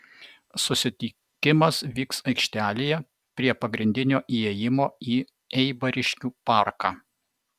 susitikimas vyks aikštelėje prie pagrindinio įėjimo į eibariškių parką